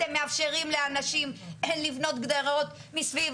אתם מאפשרים לאנשים לבנות גדרות מסביב